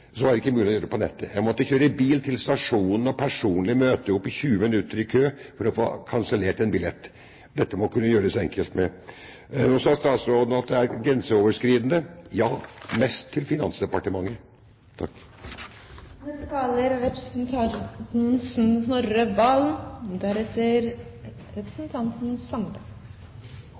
var det ikke mulig å gjøre det på nettet. Jeg måtte kjøre bil til stasjonen og personlig møte opp og stå 20 minutter i kø for å få kansellert en billett. Dette må kunne gjøres enklere. Nå sa statsråden at det er grenseoverskridende – ja, mest til Finansdepartementet.